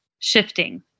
shifting